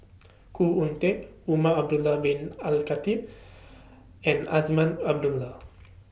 Khoo Oon Teik Umar Al Khatib and Azman Abdullah